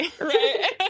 Right